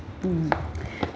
mm